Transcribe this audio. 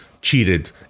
cheated